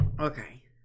Okay